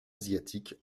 asiatiques